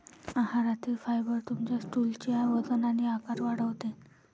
आहारातील फायबर तुमच्या स्टूलचे वजन आणि आकार वाढवते